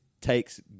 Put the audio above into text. takes